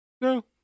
No